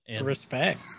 Respect